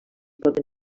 poden